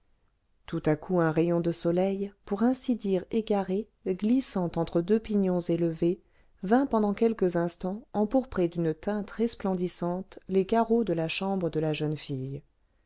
tout à coup un rayon de soleil pour ainsi dire égaré glissant entre deux pignons élevés vint pendant quelques instants empourprer d'une teinte resplendissante les carreaux de la chambre de la jeune fille